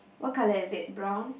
what colour is it brown